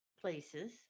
places